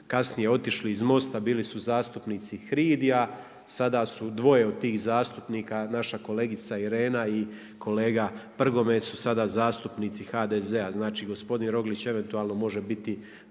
kasnije otišli iz MOST-a, bili su zastupnici HRID-i a sada su dvoje od tih zastupnika naša kolegica Irena i kolega Prgomet su sada zastupnici HDZ-a. Znači gospodin Roglić eventualno može biti